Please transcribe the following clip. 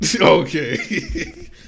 Okay